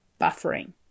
buffering